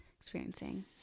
experiencing